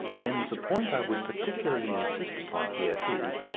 and the point i would particularly insist upon here is,